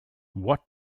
what